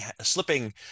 slipping